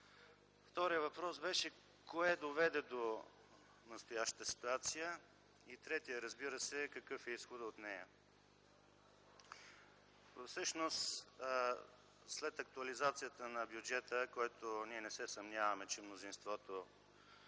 Вторият въпрос беше – кое доведе до настоящата ситуация? И третият, разбира се, е какъв е изходът от нея? Всъщност след актуализацията на бюджета, който не се съмняваме, че мнозинството